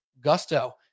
gusto